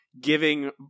giving